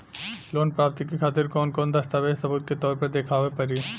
Loan प्राप्ति के खातिर कौन कौन दस्तावेज सबूत के तौर पर देखावे परी?